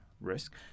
risk